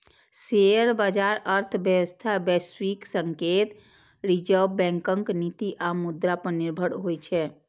share बाजार अर्थव्यवस्था, वैश्विक संकेत, रिजर्व बैंकक नीति आ मुद्रा पर निर्भर होइ छै